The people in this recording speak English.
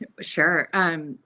Sure